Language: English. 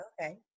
Okay